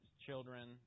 children